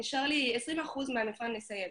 נשאר לי 20% מהמבחן לסיים.